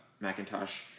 Macintosh